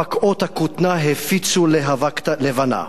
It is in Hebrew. / פקעות הכותנה הפיצו להבה לבנה.